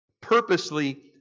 purposely